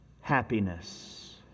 happiness